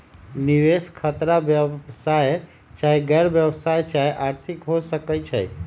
निवेश खतरा व्यवसाय चाहे गैर व्यवसाया चाहे आर्थिक हो सकइ छइ